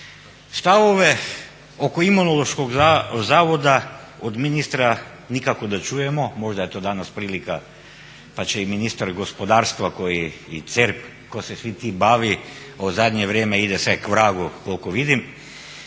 Stavove oko Imunološkog zavoda od ministra nikako da čujemo, možda je eto danas prilika pa će i ministar gospodarstva i CERP koji se svim tim bavi u zadnje vrijeme i ide sve k vragu koliko vidim,